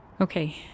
okay